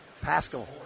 Pascal